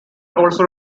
also